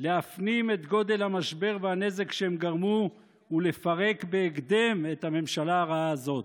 להפנים את גודל המשבר והנזק שהם גרמו ולפרק בהקדם את הממשלה הרעה הזאת.